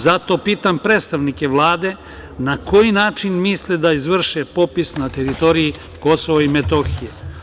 Zato pitam predstavnike Vlade, na koji način misle da izvrše popis na teritoriji KiM?